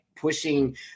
pushing